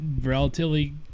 relatively